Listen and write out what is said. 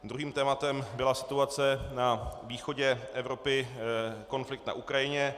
Druhým tématem byla situace na východě Evropy, konflikt na Ukrajině.